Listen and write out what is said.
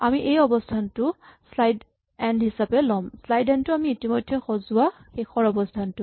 আমি এই অৱস্হানটো স্লাইচ এন্ড হিচাপে ল'ম স্লাইচ এন্ড টো আমি ইতিমধ্যে সজোৱা শেষৰ অৱস্হানটো